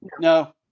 No